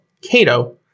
Cato